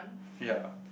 ya